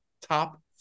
top